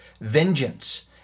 vengeance